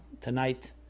tonight